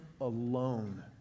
alone